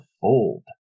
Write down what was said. fold